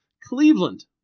Cleveland